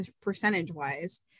percentage-wise